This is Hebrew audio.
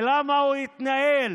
למה הוא התנהל